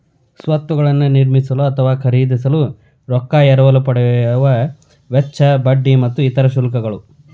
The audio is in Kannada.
ಸ್ವತ್ತುಗಳನ್ನ ನಿರ್ಮಿಸಲು ಅಥವಾ ಖರೇದಿಸಲು ರೊಕ್ಕಾ ಎರವಲು ಪಡೆಯುವ ವೆಚ್ಚ, ಬಡ್ಡಿ ಮತ್ತು ಇತರ ಗಳಿಗೆ ಶುಲ್ಕಗಳು